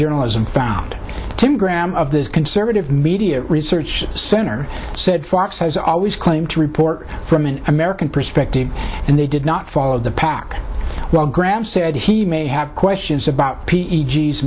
journalism found tim graham of the conservative media research center said fox has always claim to report from an american perspective and they did not follow the pack well graham said he may have questions about p